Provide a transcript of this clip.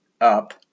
up